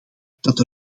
dat